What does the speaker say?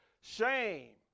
Shame